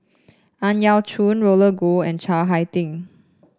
Ang Yau Choon Roland Goh and Chiang Hai Ding